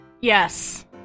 Yes